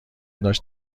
داشت